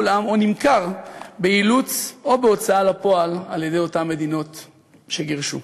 הולאם או נמכר באילוץ או בהוצאה לפועל על-ידי אותן מדינות שגירשו.